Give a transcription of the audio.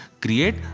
create